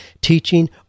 teaching